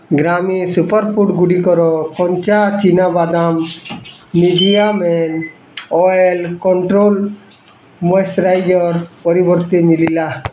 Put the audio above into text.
ଗ୍ରାମି ସୁପରଫୁଡ଼୍ଗୁଡ଼ିକର କଞ୍ଚା ଚିନା ବାଦାମ Nivea men oil control moisturiser ପରିବର୍ତ୍ତେ ମିଳିଲା